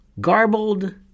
Garbled